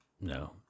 no